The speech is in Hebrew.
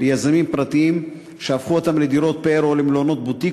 ליזמים פרטיים שהפכו אותן לדירות פאר או למלונות בוטיק,